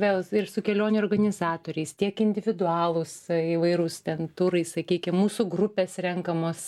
vėl ir su kelionių organizatoriais tiek individualūs įvairūs ten turai sakykim mūsų grupės renkamos